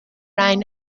ein